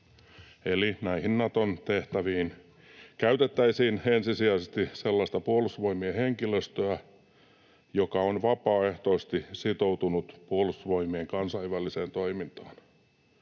Eli näihin Naton tehtäviin käytettäisiin ensisijaisesti sellaista Puolustusvoimien henkilöstöä, joka on vapaaehtoisesti sitoutunut Puolustusvoimien kansainväliseen toimintaan.